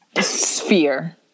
sphere